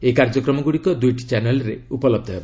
ଏହି କାର୍ଯ୍ୟକ୍ରମଗୁଡ଼ିକ ଦୁଇଟି ଚ୍ୟାନେଲ୍ରେ ଉପଲବ୍ଧ ହେବ